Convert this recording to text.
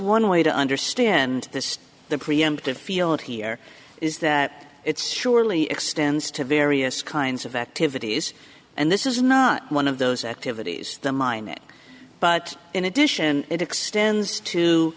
one way to understand this the preemptive field here is that it's surely extends to various kinds of activities and this is not one of those activities than mine but in addition it extends